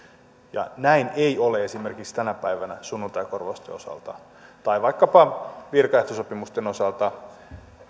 ja näin ei ole esimerkiksi tänä päivänä sunnuntaikorvausten osalta tai vaikkapa virkaehtosopimusten osalta